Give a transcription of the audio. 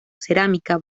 cerámica